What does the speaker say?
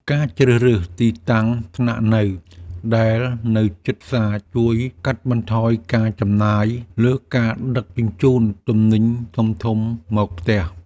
ការជ្រើសរើសទីតាំងស្នាក់នៅដែលនៅជិតផ្សារជួយកាត់បន្ថយការចំណាយលើការដឹកជញ្ជូនទំនិញធំៗមកផ្ទះ។